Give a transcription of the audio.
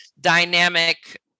dynamic